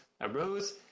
arose